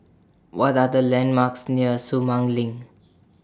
What Are The landmarks near Sumang LINK